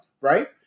right